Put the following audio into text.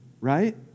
right